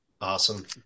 Awesome